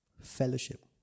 fellowship